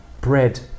bread